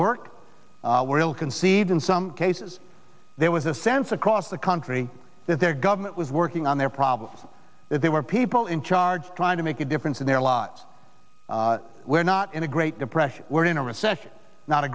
work were ill conceived in some cases there was a sense across the country that their government was working on their problems they were people in charge trying to make a difference in their lives we're not in a great depression we're in a recession not a